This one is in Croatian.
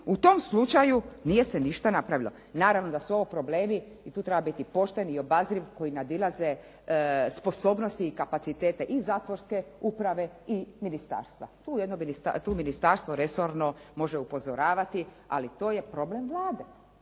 u tom slučaju nije se ništa napravilo. Naravno da su ovo problemi i tu treba biti pošten i obazriv koje nadilaze i sposobnosti i kapacitete i zatvorske uprave i ministarstva. Tu resorno ministarstvo može upozoravati ali to je problem Vlade.